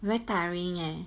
very tiring leh